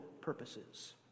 purposes